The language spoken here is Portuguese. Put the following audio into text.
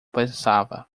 pensava